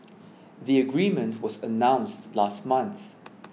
the agreement was announced last month